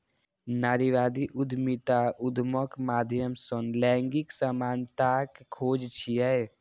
नारीवादी उद्यमिता उद्यमक माध्यम सं लैंगिक समानताक खोज छियै